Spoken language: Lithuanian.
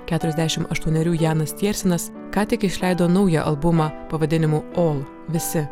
keturiasdešim aštuonerių janas tiersenas ką tik išleido naują albumą pavadinimu ol visi